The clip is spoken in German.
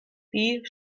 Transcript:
die